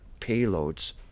payloads